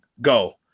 go